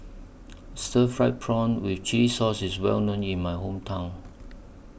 Stir Fried Prawn with Chili Sauce IS Well known in My Hometown